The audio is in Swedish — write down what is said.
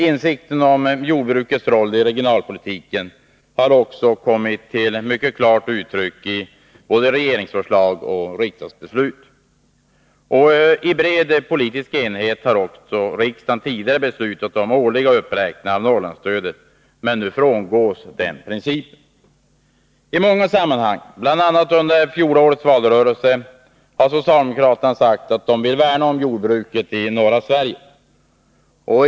Insikten om jordbrukets roll i regionalpolitiken har också kommit till mycket klart uttryck i både regeringsförslag och riksdagsbeslut. Och i bred politisk enighet har riksdagen tidigare beslutat om årliga uppräkningar av Norrlandsstödet. Nu frångås denna princip. I många sammanhang, bl.a. under fjolårets valrörelse, har socialdemokraterna sagt att de vill värna om jordbruket i norra Sverige.